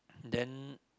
then